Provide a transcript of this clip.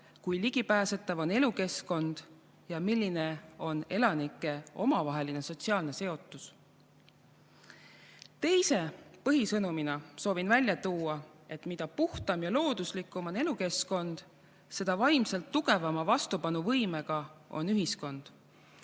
kui ligipääsetav on [looduslik] elukeskkond ja milline on elanike omavaheline sotsiaalne seotus. Teise põhisõnumina soovin välja tuua, et mida puhtam ja looduslikum on elukeskkond, seda vaimselt tugevama vastupanuvõimega on ühiskond.